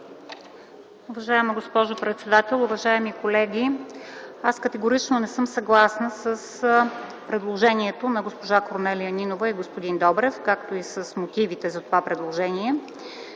Уважаема госпожо председател, уважаеми колеги! Аз категорично не съм съгласна с предложението на госпожа Корнелия Нинова и господин Кирил Добрев, както и с мотивите за това предложение.